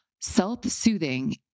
self-soothing